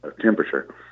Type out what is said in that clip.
temperature